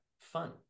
fun